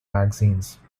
magazines